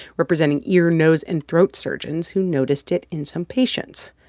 representing ear, nose and throat surgeons who noticed it in some patients.